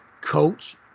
coach